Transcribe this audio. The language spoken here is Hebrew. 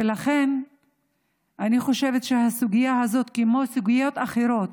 ולכן אני חושבת שהסוגיה הזאת, כמו סוגיות אחרות,